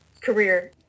career